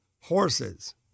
horses